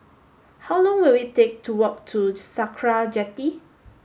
how long will it take to walk to Sakra Jetty